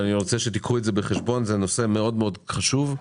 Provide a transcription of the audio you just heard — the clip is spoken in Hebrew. זה נושא מאוד חשוב.